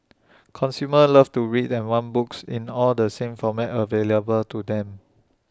consumers loves to read and want books in all the same formats available to them